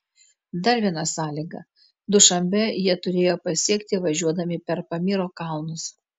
dar viena sąlyga dušanbę jie turėjo pasiekti važiuodami per pamyro kalnus